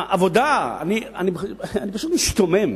העבודה, אני פשוט משתומם,